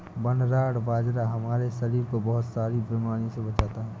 barnyard बाजरा हमारे शरीर को बहुत सारी बीमारियों से बचाता है